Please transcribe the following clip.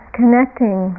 connecting